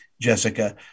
jessica